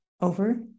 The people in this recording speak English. over